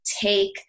take